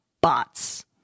bots